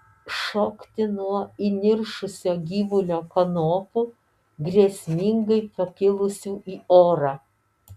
šokti nuo įniršusio gyvulio kanopų grėsmingai pakilusių į orą